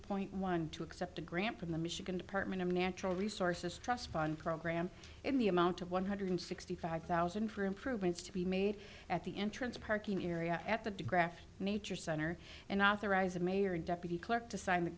point one two accept a grant from the michigan department of natural resources trust fund program in the amount of one hundred sixty five thousand for improvements to be made at the entrance parking area at the digraph nature center and authorize a mayor deputy clerk to sign